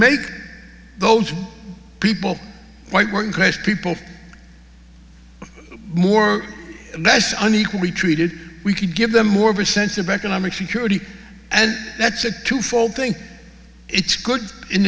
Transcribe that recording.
make those people white working class people more that's an equal we treated we could give them more of a sense of economic security and that's a twofold think it's good in